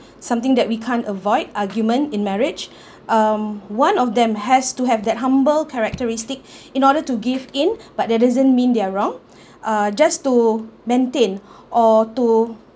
something that we can't avoid argument in marriage um one of them has to have that humble characteristic in order to give in but that doesn't mean they're wrong uh just to maintain or to